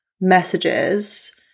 messages